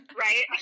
right